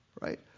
right